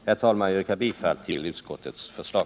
Jag yrkar bifall till utskottets förslag.